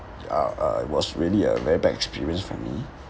uh uh it was really a very bad experience for me